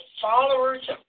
followers